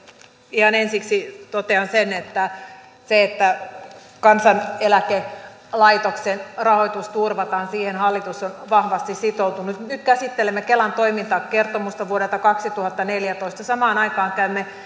ihan ensiksi totean sen että siihen että kansaneläkelaitoksen rahoitus turvataan hallitus on vahvasti sitoutunut mutta nyt käsittelemme kelan toimintakertomusta vuodelta kaksituhattaneljätoista samaan aikaan käymme